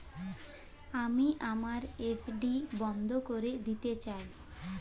আমি আমার এফ.ডি বন্ধ করে দিতে চাই